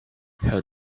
her